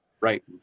right